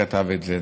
שלוש דקות.